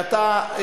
ואתה,